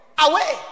Away